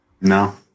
No